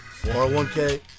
401k